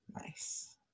Nice